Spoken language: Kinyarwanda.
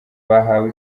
bahawe